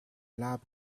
lab